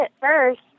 first